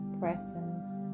presence